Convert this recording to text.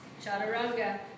chaturanga